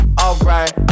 alright